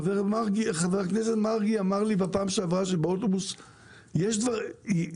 חבר הכנסת מרגי אמר לי בפעם שעברה שיש ארבע